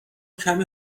کمی